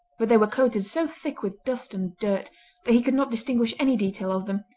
but they were coated so thick with dust and dirt that he could not distinguish any detail of them,